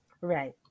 Right